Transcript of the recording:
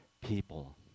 people